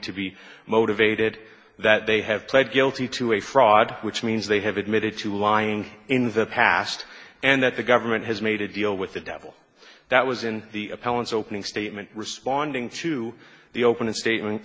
to be motivated that they have pled guilty to a fraud which means they have admitted to lying in the past and that the government has made a deal with the devil that was in the appellants opening statement responding to the opening statement